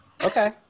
Okay